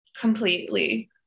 completely